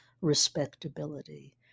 respectability